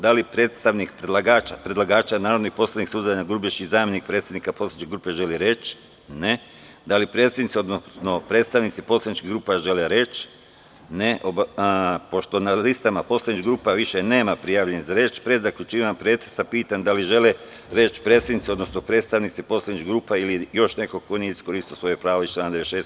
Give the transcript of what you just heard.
Da li predstavnik predlagača, narodni poslanik Suzana Grubješić, zamenik predsednika poslaničke grupe želi reč? (Ne.) Da li predsednici, odnosno predstavnici poslaničkih grupa žele reč? (Ne.) Pošto na listama poslaničkih grupa nema prijavljenih za reč, pre zaključivanja pretresa, pitam da li žele reč predsednici, odnosno predstavnici poslaničkih grupa ili još neko ko nije iskoristio svoje pravo iz člana 96.